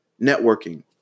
networking